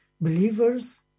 Believers